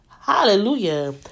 Hallelujah